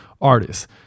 artists